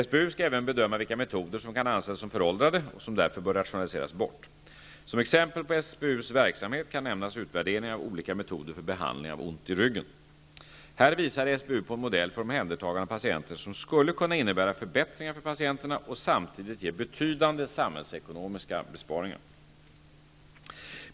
SBU skall även bedöma vilka metoder som kan anses som föråldrade och som därför bör rationaliseras bort. Som exempel på SBU:s verksamhet kan nämnas utvärderingen av olika metoder för behandling av ont i ryggen. Här visade SBU på en modell för omhändertagande av patienter som skulle kunna innebära förbättringar för patienterna och samtidigt ge betydande samhällsekonomiska besparingar.